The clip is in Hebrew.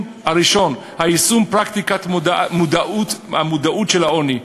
הראשון, יישום פרקטיקת המודעות לעוני.